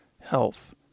health